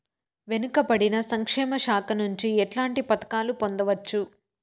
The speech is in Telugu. వెనుక పడిన సంక్షేమ శాఖ నుంచి ఎట్లాంటి పథకాలు పొందవచ్చు?